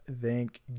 thank